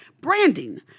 branding